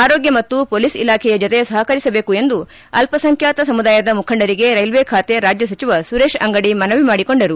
ಆರೋಗ್ಯ ಮತ್ತು ಪೊಲೀಸ್ ಇಲಾಖೆಯ ಜತೆ ಸಹಕರಿಸಬೇಕು ಎಂದು ಅಲ್ಲಸಂಖ್ಯಾತ ಸಮುದಾಯದ ಮುಖಂಡರಿಗೆ ರೈಲ್ವೆ ಖಾತೆ ರಾಜ್ಯ ಸಚಿವ ಸುರೇತ್ ಅಂಗಡಿ ಮನವಿ ಮಾಡಿಕೊಂಡರು